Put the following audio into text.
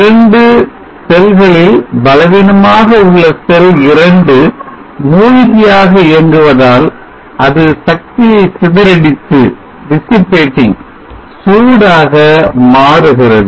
இரண்டு செல்களில் பலவீனமாக உள்ள செல் 2 மூழ்கியாக இயங்குவதால் அது சக்தியை சிதறடித்து சூடாக மாறுகிறது